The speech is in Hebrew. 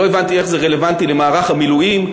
לא הבנתי איך זה רלוונטי למערך המילואים,